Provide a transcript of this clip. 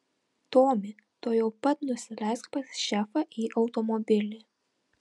tomi tuojau pat nusileisk pas šefą į automobilį